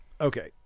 Okay